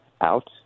out